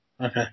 Okay